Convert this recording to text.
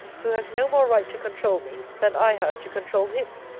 who has no more right to controul me, than i have to controul him.